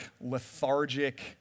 lethargic